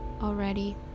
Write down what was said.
already